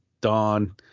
Dawn